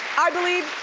i believe